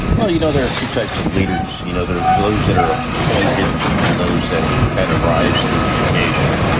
well, you know, there are two types of leaders. you know, there is those that are appointed and those that kind of rise to the occasion.